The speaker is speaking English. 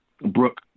Brooke